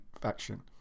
faction